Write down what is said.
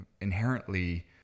inherently